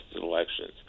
elections